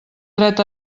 dret